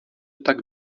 tak